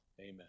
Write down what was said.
Amen